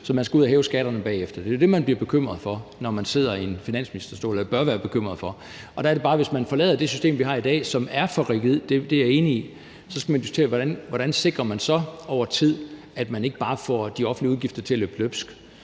så man skal ud at hæve skatterne bagefter. Det er jo det, man bliver bekymret for, når man sidder i en finansministerstol, eller bør være bekymret for. Der er det bare sådan, at man, hvis man forlader det system, vi har i dag, som er for rigidt – det er jeg enig i – så skal diskutere, hvordan man så over tid sikrer, at man ikke bare får de offentlige udgifter til at løbe løbsk.